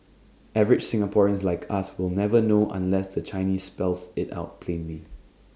average Singaporeans like us will never know unless the Chinese spells IT out plainly